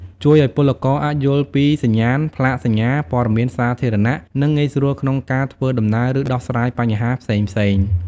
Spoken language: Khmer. ជួយឱ្យពលករអាចយល់ពីសញ្ញាណ ផ្លាកសញ្ញា ព័ត៌មានសាធារណៈ និងងាយស្រួលក្នុងការធ្វើដំណើរ ឬដោះស្រាយបញ្ហាផ្សេងៗ។